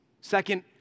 Second